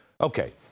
Okay